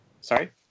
sorry